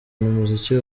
umuziki